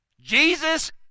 Jesus